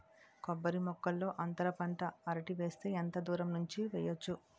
కొబ్బరి మొక్కల్లో అంతర పంట అరటి వేస్తే ఎంత దూరం ఉంచి వెయ్యొచ్చు?